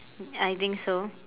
I think so